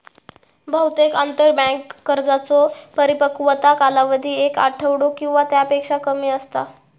बहुतेक आंतरबँक कर्जांचो परिपक्वता कालावधी एक आठवडो किंवा त्यापेक्षा कमी असता